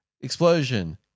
explosion